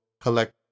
collect